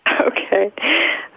okay